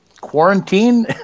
quarantine